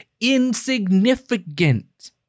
insignificant